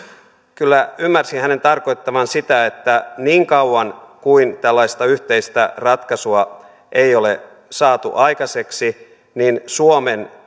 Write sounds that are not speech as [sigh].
kyllä ymmärsin hänen tarkoittavan sitä että niin kauan kuin tällaista yhteistä ratkaisua ei ole saatu aikaiseksi suomen [unintelligible]